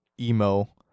emo